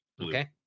Okay